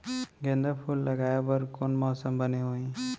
गेंदा फूल लगाए बर कोन मौसम बने होही?